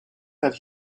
that